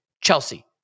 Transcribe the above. Chelsea